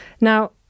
now